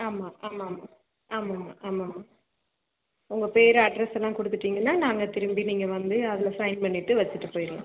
ஆமாம் ஆமாம்மா ஆமாம்மா ஆமாம்மா உங்கள் பேர் அட்ரெஸ்ஸெல்லாம் கொடுத்துடிங்கனா நாங்கள் திரும்பி நீங்கள் வந்து அதில் சைன் பண்ணிவிட்டு வச்சிட்டு போயிர்லாம்